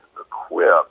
equipped